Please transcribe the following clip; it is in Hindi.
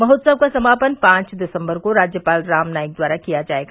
महोत्सव का समापन पाँच दिसम्बर को राज्यपाल राम नाईक द्वारा किया जायेगा